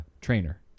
trainer